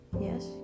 yes